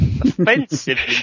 offensively